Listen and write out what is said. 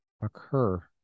occur